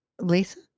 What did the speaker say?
Lisa